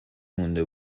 مونده